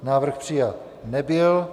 Návrh přijat nebyl.